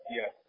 Yes